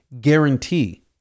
guarantee